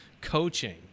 coaching